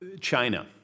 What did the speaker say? China